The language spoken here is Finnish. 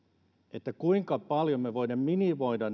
siitä kuinka paljon me voimme minimoida